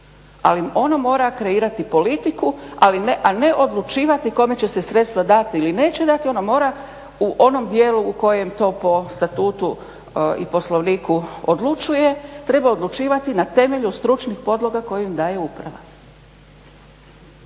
Ali ono mora kreirati politiku, a ne odlučivati kome će se sredstva dati ili neće dati, ono mora u onom dijelu u kojem to po statutu i Poslovniku odlučuje, treba odlučivati na temelju stručnih podloga koje im daje uprava.